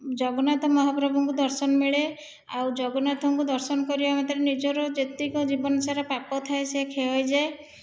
ଜଗନ୍ନାଥ ମହାପ୍ରଭୁଙ୍କ ଦର୍ଶନ ମିଳେ ଆଉ ଜଗନ୍ନାଥଙ୍କୁ ଦର୍ଶନ କରିବା ମାତ୍ରେ ନିଜର ଯେତିକି ଜୀବନ ସାରା ପାପ ଥାଏ ସେ କ୍ଷୟ ହୋଇଯାଏ